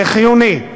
זה חיוני.